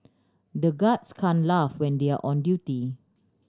the guards can laugh when they are on duty